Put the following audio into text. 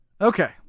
Okay